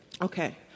Okay